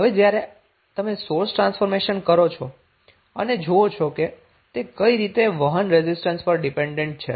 તો હવે જ્યારે તમે સોર્સ ટ્રાન્સફોર્મેશન કરો છો અને જોવો છો કે તે કઈ રીતે વહન રેઝિસ્ટન્સ પર ડીપેન્ડન્ટ છે